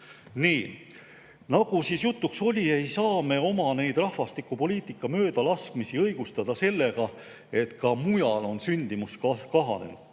Nagu jutuks oli, ei saa me oma rahvastikupoliitika möödalaskmisi õigustada sellega, et ka mujal on sündimus kahanenud.